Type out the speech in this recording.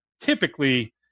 typically